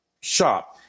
shop